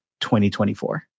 2024